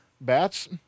Bats